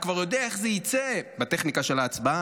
אתה כבר יודע איך זה יצא בטכניקה של ההצבעה.